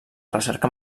recerca